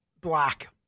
black